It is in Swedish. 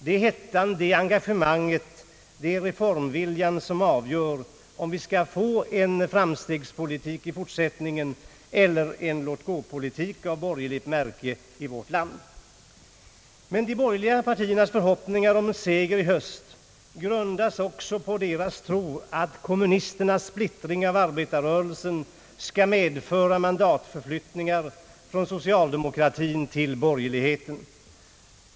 Det är hettan, engagemanget, det är reformviljan som avgör om vi skall få en framstegsvänlig politik i fortsättningen eller en låt-gå-politik av borgerligt märke i vårt land. Men de borgerliga partiernas förhoppningar om en seger i höst grundas också på deras tro att kommunisternas splittring av arbetarrörelsen skall medföra mandatförflyttningar från socialdemokratin till borgerligheten.